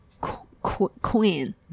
queen